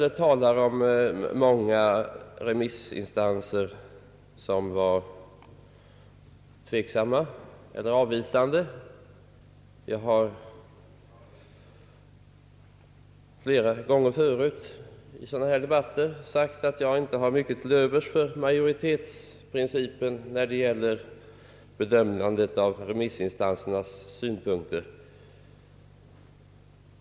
Herr Möller talar om remissinstanser som var tveksamma eller avvisande. Jag har flera gånger förut i debatter som denna sagt att jag inte har mycket till övers för majoritetsprincipen när det gäller att bedöma olika remissinstansers synpunkter.